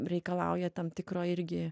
reikalauja tam tikro irgi